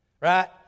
right